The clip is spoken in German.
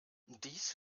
dies